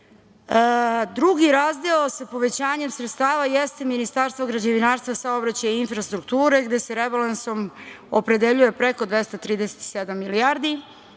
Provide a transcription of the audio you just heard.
razdeo sa povećanjem sredstava jeste Ministarstvo građevinarstva, saobraćaja i infrastrukture, gde se rebalansom opredeljuje preko 237 milijardi,